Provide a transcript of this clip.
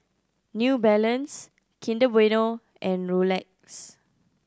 New Balance Kinder Bueno and Rolex